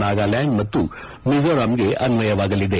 ನಾಗಲ್ಲಾಂಡ್ ಮತ್ತು ಮಿಜೋರಾಂಗೆ ಅನ್ವಯವಾಗಲಿದೆ